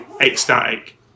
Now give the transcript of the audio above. Ecstatic